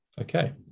okay